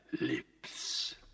lips